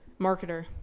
marketer